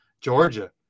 Georgia